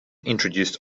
introduced